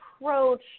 approach